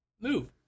move